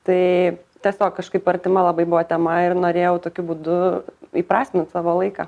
tai tiesiog kažkaip artima labai buvo tema ir norėjau tokiu būdu įprasmint savo laiką